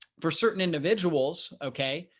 for certain individuals, okay?